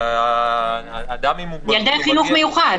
ילדי חינוך מיוחד.